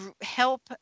help